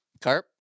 Carp